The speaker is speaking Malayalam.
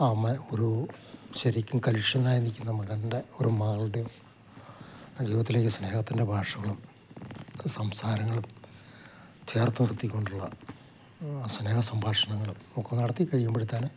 അമ്മ ഒരു ശരിക്കും കലുഷ്യനായി നിൽക്കുന്ന മകൻ്റെ ഒരു മകൾടെയും ജീവിതത്തിലേക്ക് സ്നേഹത്തിൻ്റെ ഭാഷകളും സംസാരങ്ങളും ചേർത്ത് നിർത്തിക്കൊണ്ടുള്ള സ്നേഹ സംഭാഷണങ്ങളും ഒക്കെ നടത്തി കഴിയുമ്പോഴത്തേന്